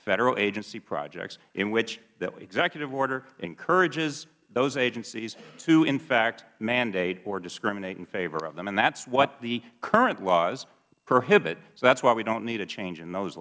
federal agencies projects in which the executive order encourages those agencies to in fact mandate or discriminate in favor of them and that is what the current laws prohibit so that is why we don't need a change in those